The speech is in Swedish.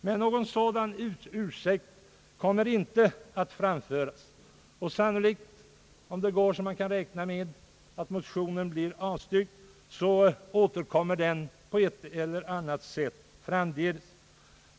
Men någon sådan ursäkt kommer inte att framföras; och det är sannolikt att motionen på ett eller annat sätt återkommer framgent, om det går som man kan räkna med att motionen i dag blir avslagen.